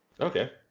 Okay